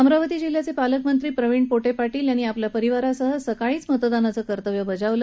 अमरावती जिल्ह्याचे पालकमंत्री प्रवीण पोटे पाटील यांनी आपल्या परिवारासह सकाळीच मतदानाचं कर्तव्य बजावलं